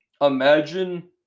imagine